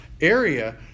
area